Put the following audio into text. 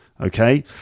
Okay